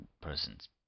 person's